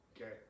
Okay